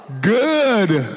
good